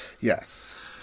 Yes